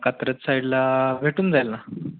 कात्रज साईडला भेटून जाईल ना